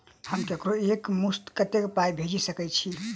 हम ककरो एक मुस्त कत्तेक पाई भेजि सकय छी?